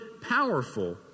powerful